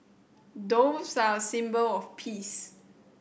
doves are a symbol of peace